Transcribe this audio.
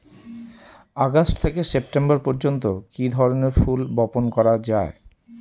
August থেকে September পর্যন্ত কি ধরনের ফুল বপন করা যায়?